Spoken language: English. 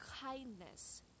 kindness